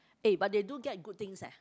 eh but they do get good things eh